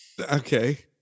Okay